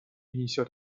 несет